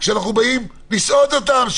כשאנחנו באים לסעוד אותם,